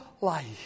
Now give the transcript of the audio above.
life